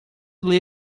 ler